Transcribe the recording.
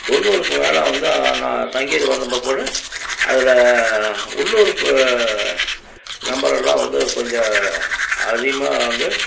தொண்ணூறுக்கு மேலே வந்து நான் சங்ககிரி வந்த பிற்பாடு அதில் உள்ளுருப்பு மெம்பரெல்லாம் வந்து கொஞ்சம் அதிகமாக வந்து